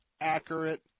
accurate